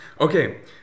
okay